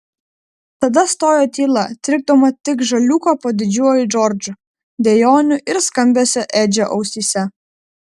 tada stojo tyla trikdoma tik žaliūko po didžiuoju džordžu dejonių ir skambesio edžio ausyse